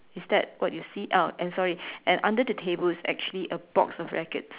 is that what you see uh and sorry and under the table is actually a box of rackets